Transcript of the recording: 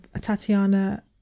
Tatiana